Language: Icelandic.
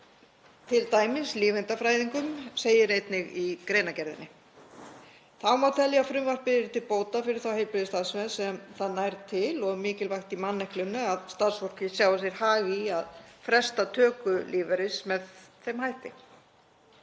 t.d. lífeindafræðingum, segir einnig í greinargerðinni. Þá má telja frumvarpið til bóta fyrir þá heilbrigðisstarfsmenn sem það nær til og mikilvægt í manneklunni að starfsfólkið sjái sér hag í að fresta töku lífeyris með þeim hætti.